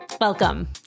Welcome